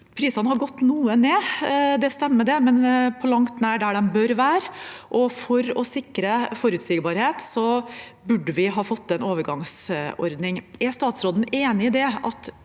Prisene har gått noe ned, det stemmer, men de er på langt nær der de bør være, og for å sikre forutsigbarhet burde vi ha fått en overgangsordning. Er statsråden enig i at